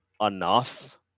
enough